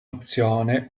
opzione